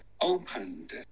opened